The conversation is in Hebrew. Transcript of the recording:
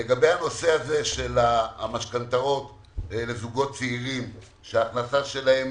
לגבי הנושא הזה של המשכנתאות לזוגות צעירים שההחזר שלהם